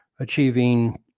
Achieving